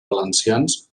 valencians